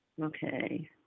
Okay